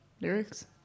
lyrics